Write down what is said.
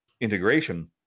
integration